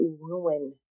ruin